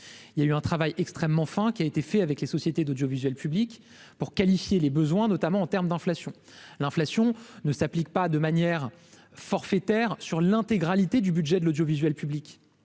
il y a eu un travail extrêmement enfin qui a été fait avec les sociétés d'audiovisuel public pour qualifier les besoins, notamment en terme d'inflation, l'inflation ne s'applique pas de manière forfaitaire sur l'intégralité du budget de l'audiovisuel public